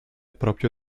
proprio